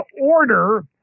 order